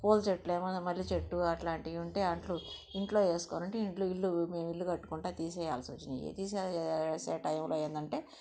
పూల చెట్లు ఏమన్న మల్లెచెట్టు అలాంటివి ఉంటే అంట్లు ఇంట్లో వేసుకోంటే ఇంట్లో ఇల్లు మేము ఇల్లు కట్టుకుంటే తీసి వేయాల్సి వచ్చినాయి తీసేసే టైములో ఏంటంటే